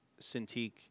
Cintiq